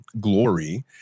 glory